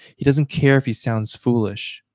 he doesn't care if he sounds foolish.